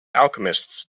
alchemists